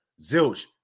zilch